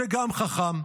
זה גם חכם.